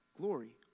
glory